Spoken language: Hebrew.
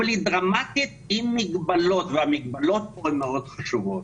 אבל היא דרמטית עם מגבלות והמגבלות פה הן מאוד חשובות.